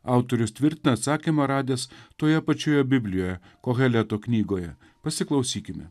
autorius tvirtą atsakymą radęs toje pačioje biblijoje koheleto knygoje pasiklausykime